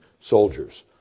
soldiers